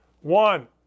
One